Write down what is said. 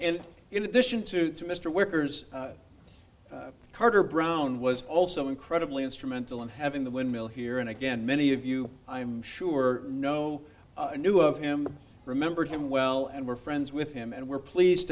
and in addition to mr workers carter brown was also incredibly instrumental in having the windmill here and again many of you i am sure know knew of him remembered him well and were friends with him and were pleased